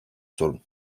sorun